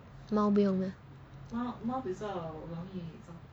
猫不用 meh